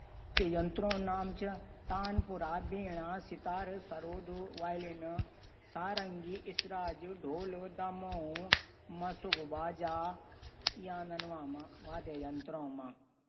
भारत Pakistan America चीन Nepal Bhutan Australia रूस जापान